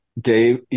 Dave